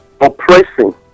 oppressing